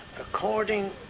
according